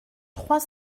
trois